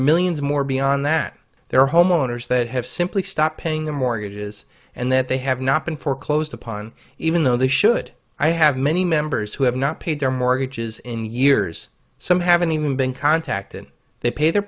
millions more beyond that there are homeowners that have simply stopped paying their mortgages and that they have not been foreclosed upon even though they should i have many members who have not paid their mortgages in years some haven't even been contacted they pay their